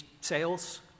sales